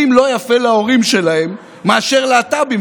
לא יפה להורים שלהם מאשר להט"בים,